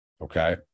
okay